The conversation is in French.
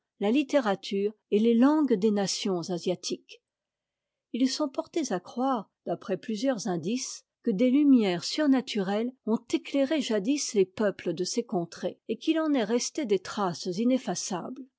la littérature et les iangues des nations asiatiques ils sont portés àcroire d'après plusieurs indices que des lumières surnaturelles ont éclairé jadis les peuples de ces contrées et qu'il en est resté des traces ineffaçables